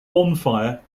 bonfire